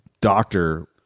doctor